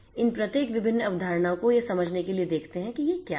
इन प्रत्येक विभिन्न अवधारणाओं को यह समझने के लिए देखते हैं कि ये क्या हैं